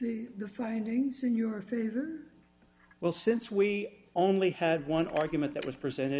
the findings in your favor well since we only had one argument that was presented